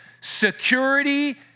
Security